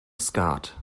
skat